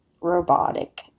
robotic